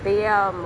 ya